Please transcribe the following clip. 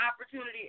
opportunity